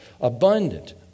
abundant